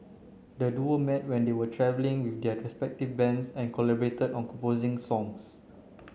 the duo met when they were travelling with their respective bands and collaborated on composing songs